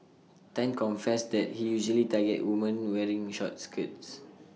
Tan confessed that he usually targets woman wearing short skirts